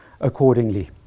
accordingly